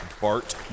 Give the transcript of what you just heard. Bart